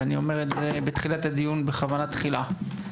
ואני אומר את זה בתחילת הדיון בכוונה תחילה,